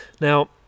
Now